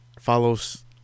follows